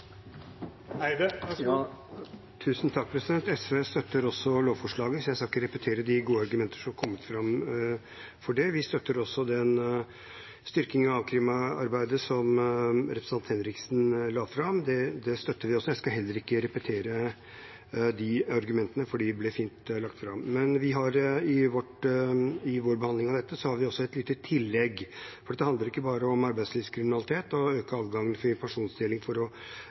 SV støtter også lovforslaget, så jeg skal ikke repetere de gode argumentene som er kommet fram for det. Vi støtter også styrkingen av a-krimarbeidet, som representanten Henriksen la fram. Jeg skal heller ikke repetere de argumentene, for de ble fint lagt fram. Men i vår behandling av dette har vi også et lite tillegg, for dette handler ikke bare om arbeidslivskriminalitet og å øke adgangen til informasjonsdeling for